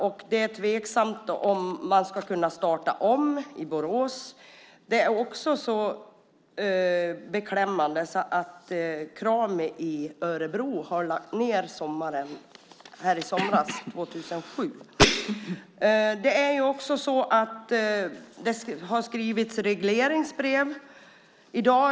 Det är tveksamt om man ska kunna starta om i Borås. Det är också beklämmande att Krami i Örebro har lagts ned i somras, 2007. Det har skrivits regleringsbrev i dag.